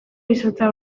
izotza